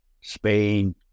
Spain